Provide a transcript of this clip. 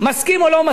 מסכים או לא מסכים,